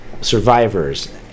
Survivors